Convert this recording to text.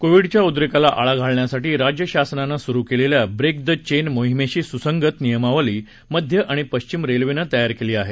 कोविडच्या उद्रेकाला आळा घालण्यासाठी राज्यशासनाने सुरु केलेल्या ब्रेक द चेन मोहिमेशी सुसंगत नियमावली मध्य आणि पश्चिम रेल्वेने तयार केली आहे